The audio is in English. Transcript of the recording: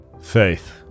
Faith